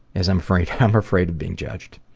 is i'm afraid um afraid of being judged.